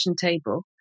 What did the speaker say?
table